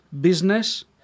business